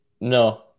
No